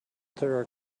there